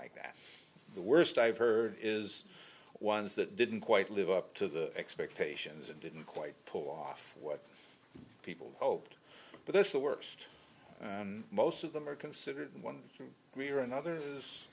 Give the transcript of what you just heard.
like that the worst i've heard is ones that didn't quite live up to the expectations and didn't quite pull off what people hoped but that's the worst and most of them are considered one